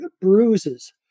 bruises